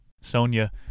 Sonia